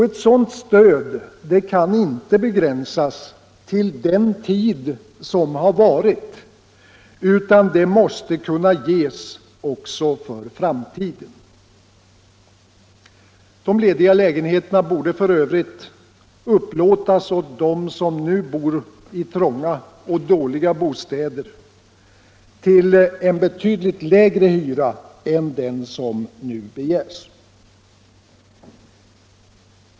Ett sådant stöd kan inte begränsas till den tid som varit utan måste kunna ges också för framtiden. De lediga lägenheterna borde f. ö. upplåtas åt dem som nu bor i trånga och dåliga bostäder, till en betydligt lägre hyra än som nu begärs.